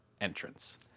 entrance